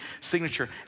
signature